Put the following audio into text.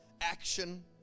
action